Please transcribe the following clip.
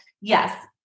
yes